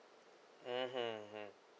mm mm mm